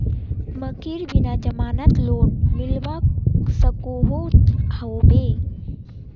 मकईर बिना जमानत लोन मिलवा सकोहो होबे?